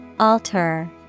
Alter